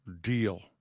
deal